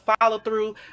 follow-through